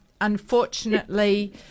Unfortunately